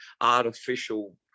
artificial